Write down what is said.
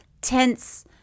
tense